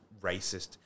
Racist